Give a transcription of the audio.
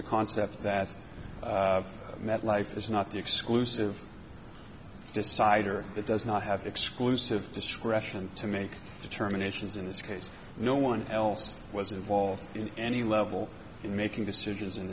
the concept that that life is not the exclusive decider it does not have exclusive discretion to make determinations in this case no one else was involved in any level in making decisions in